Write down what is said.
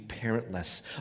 parentless